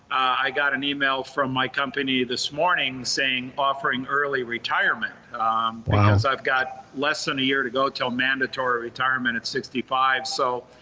i got an email from my company this morning saying offering early retirement i've got less than a year to go until mandatory retirement at sixty five so,